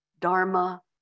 Dharma